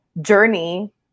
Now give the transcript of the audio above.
journey